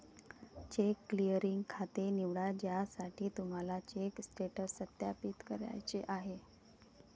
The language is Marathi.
चेक क्लिअरिंग खाते निवडा ज्यासाठी तुम्हाला चेक स्टेटस सत्यापित करायचे आहे